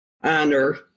honor